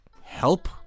help